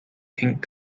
pink